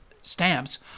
stamps